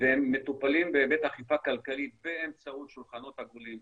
והם מטופלים בהיבט אכיפה כלכלית באמצעות שולחנות עגולים,